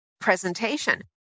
presentation